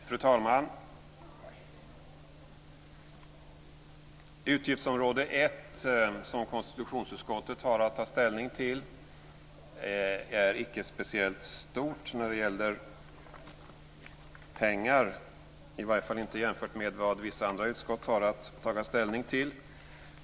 Fru talman! Utgiftsområde 1, som konstitutionsutskottet har att ta ställning till, är icke speciellt stort när det gäller pengar, i varje fall inte jämfört med vad vissa andra utskott har att ta ställning till.